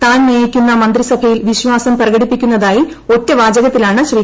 താൻ നയിക്കുന്ന മന്ത്രിസഭയിൽ വിശ്വാസം പ്രകടിപ്പിക്കുന്നതായി ഒറ്റ വാചകത്തിലാണ് ശ്രീ